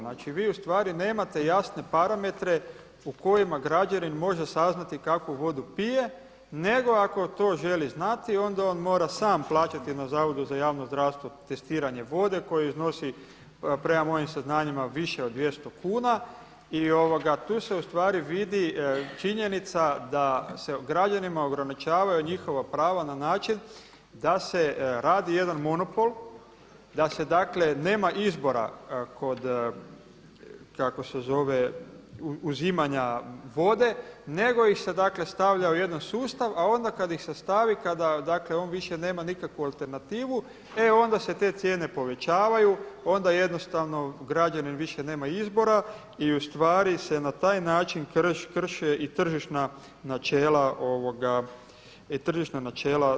Znači, vi ustvari nemate jasne parametre u kojima građanin može saznati kakvu vodu pije nego ako to želi znati onda on mora sam plaćati na Zavodu za javno zdravstvo testiranje vode koje iznosi prema mojim saznanjima više od 200 kuna i tu se vidi činjenica se građanima ograničavaju njihova prava na način da se radi jedan monopol, da se nema izbora kod kako se zove uzimanja vode, nego ih se stavlja u jedan sustav, a onda kada ih se stavi kada on više nema nikakvu alternativu, e onda se te cijene povećavaju onda jednostavno građanin više nema izbora i ustvari se na taj način krše i tržišna načela cijena.